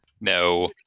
No